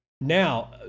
Now